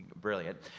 brilliant